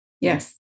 Yes